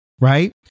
right